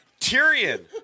Tyrion